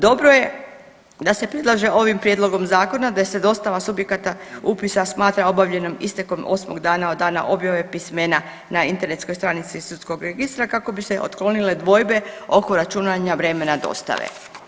Dobro je da se predlaže ovim prijedlogom zakona da se dostava subjekata upisa smatra obavljenom istekom osmog dana od dana objave pismena na internetskoj stranici sudskog registra kako bi se otklonile dvojbe oko računanja vremena dostave.